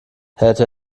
hätte